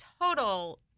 total